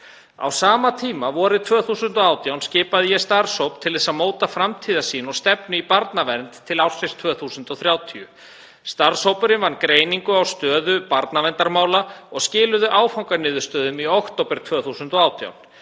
Á sama tíma, vorið 2018, skipaði ég starfshóp til að móta framtíðarsýn og stefnu í barnavernd til ársins 2030. Starfshópurinn vann greiningu á stöðu barnaverndarmála og skilaði áfanganiðurstöðu í október 2018.